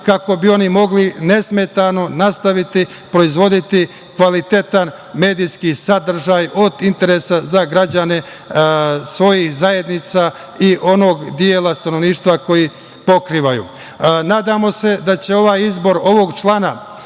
kako bi oni mogli nesmetano nastaviti proizvoditi kvalitetan medijski sadržaj, od interesa za građane svojih zajednica i onog dela stanovništva koji pokrivaju. Nadamo se da će ovaj izbor ovog člana